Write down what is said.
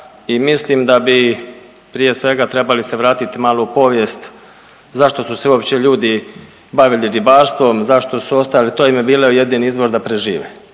mislim da bi prije svega trebali se vratiti malo u povijest zašto su se uopće ljudi bavili ribarstvom, zašto su ostali, to im je bio jedini izvor da prežive.